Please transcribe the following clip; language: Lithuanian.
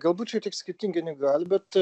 galbūt šiek tiek skirtingai negu albertas